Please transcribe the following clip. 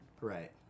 Right